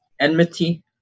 Enmity